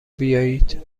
بیایید